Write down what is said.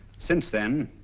since then,